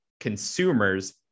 consumers